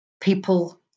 people